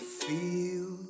feel